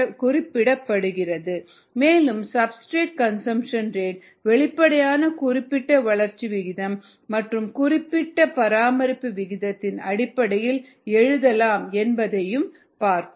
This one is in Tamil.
𝑟𝑥 𝜇𝐴 𝑥 𝜇𝑇 − 𝑘𝑒𝑥 மேலும் சப்ஸ்டிரேட் கன்சம்ப்ஷன் ரேட் வெளிப்படையான குறிப்பிட்ட வளர்ச்சி விகிதம் மற்றும் குறிப்பிட்ட பராமரிப்பு விகிதத்தின் அடிப்படையில் எழுதலாம் என்பதைப் பார்த்தோம்